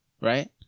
right